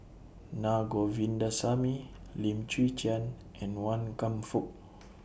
Na Govindasamy Lim Chwee Chian and Wan Kam Fook